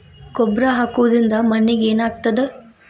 ಗೊಬ್ಬರ ಹಾಕುವುದರಿಂದ ಮಣ್ಣಿಗೆ ಏನಾಗ್ತದ?